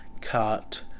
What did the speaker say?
cut